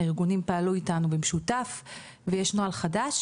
הארגונים פעלו איתנו במשותף ויש נוהל חדש